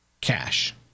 Cash